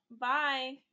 bye